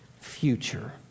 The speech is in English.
Future